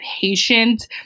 patient